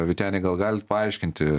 vyteni gal galit paaiškinti